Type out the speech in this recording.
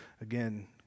Again